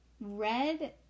red